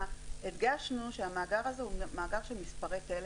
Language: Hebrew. הדגשנו שהמאגר הזה הוא מאגר של מספרי טלפון,